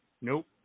Nope